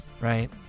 Right